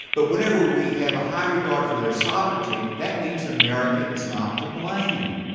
but whenever we have a high regard for their sovereignty, that means america is not to blame.